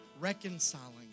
Reconciling